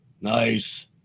Nice